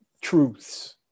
truths